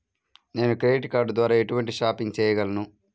నేను credit card ద్వార ఎటువంటి షాపింగ్ చెయ్యగలను?